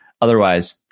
otherwise